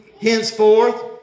Henceforth